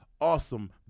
Awesome